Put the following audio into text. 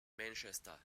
manchester